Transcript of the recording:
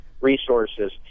Resources